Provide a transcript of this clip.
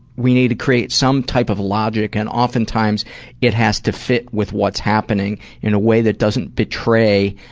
we need to create some type of logic, and oftentimes it has to fit with what's happening in a way that doesn't betray